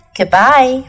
Goodbye